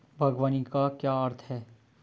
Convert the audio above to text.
बागवानी का क्या अर्थ है?